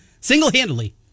single-handedly